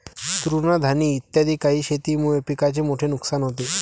तृणधानी इत्यादी काही शेतीमुळे पिकाचे मोठे नुकसान होते